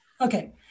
Okay